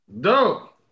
Dope